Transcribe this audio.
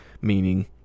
meaning